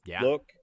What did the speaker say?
look